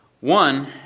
One